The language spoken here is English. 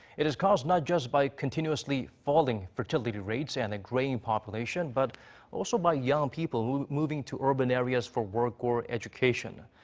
it is caused not just by continuously falling fertility rates and a graying population but also by young people moving to urban areas for work or education.